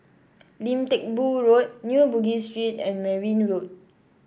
Lim Teck Boo Road New Bugis Street and Merryn Road